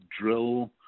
drill